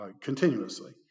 continuously